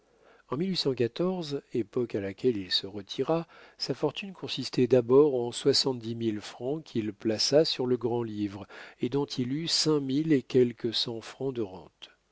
en époque à laquelle il se retira sa fortune consistait d'abord en soixante-dix mille francs qu'il plaça sur le grand livre et dont il eut cinq mille et quelques cents francs de rente